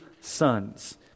sons